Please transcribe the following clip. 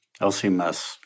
LCMS